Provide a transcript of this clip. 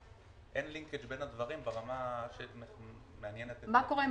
אין לי היקש בין הדברים ברמה שמעניינת -- מה קורה עם